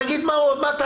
תגיד מה תעשה.